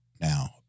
now